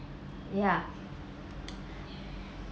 ya